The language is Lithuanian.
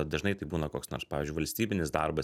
dažnai tai būna koks nors pavyzdžiui valstybinis darbas